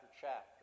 chapter